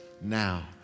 now